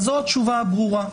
זו התשובה הברורה.